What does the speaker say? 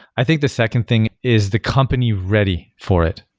i think the second thing is the company ready for it?